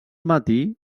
matí